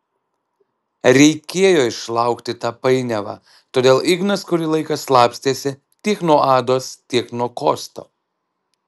reikėjo išlaukti tą painiavą todėl ignas kurį laiką slapstėsi tiek nuo ados tiek nuo kosto